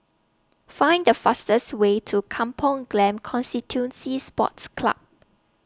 Find The fastest Way to Kampong Glam Constituency Sports Club